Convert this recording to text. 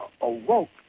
awoke